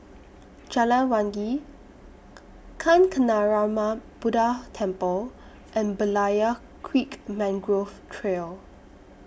Jalan Wangi Kancanarama Buddha Temple and Berlayer Creek Mangrove Trail